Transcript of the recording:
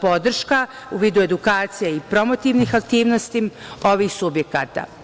podrška, u vidu edukacija i promotivnih aktivnosti ovih subjekata.